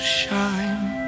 shine